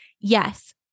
Yes